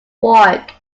walk